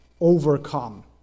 overcome